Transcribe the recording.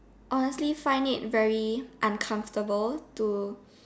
honestly find it very uncomfortable to